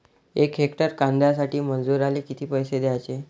यक हेक्टर कांद्यासाठी मजूराले किती पैसे द्याचे?